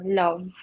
love